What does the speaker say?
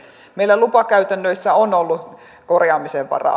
meillä lupakäytännöissä on ollut korjaamisen varaa